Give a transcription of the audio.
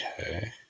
Okay